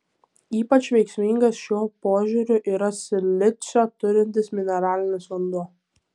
ypač veiksmingas šiuo požiūriu yra silicio turintis mineralinis vanduo